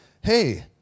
hey